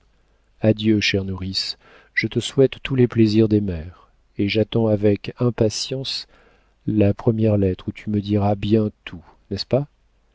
adieu chère nourrice je te souhaite tous les plaisirs des mères et j'attends avec impatience la première lettre où tu me diras bien tout n'est-ce pas